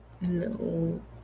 No